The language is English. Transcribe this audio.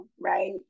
right